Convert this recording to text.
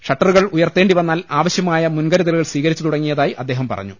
ഷട്ടറുകൾ ഉയർത്തേണ്ട്ടി ്വന്നാൽ ആവ ശ്യമായ മുൻകരുതൽ സ്വീകരിച്ചു തുടങ്ങിയതായി അദ്ദേഹം പറ ഞ്ഞു